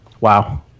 Wow